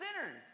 sinners